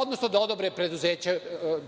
odnosno da odobre